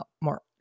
more